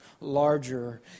larger